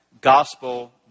gospel